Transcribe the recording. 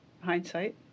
hindsight